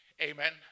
Amen